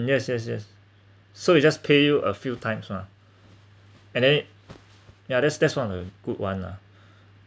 yes yes yes so it just pay you a few times lah and then yeah that's that's one a good [one] lah